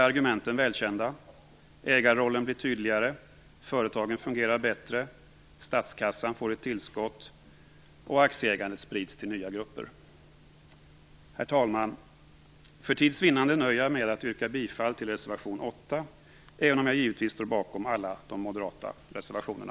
Argumenten är välkända - ägarrollen blir tydligare, företagen fungerar bättre, statskassan får ett tillskott och aktieägandet sprids till nya grupper. Herr talman! För tids vinnande nöjer jag mig med att yrka bifall till reservation 8 även om jag givetvis står bakom alla de moderata reservationerna.